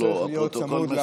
הפרוטוקול צריך להיות צמוד.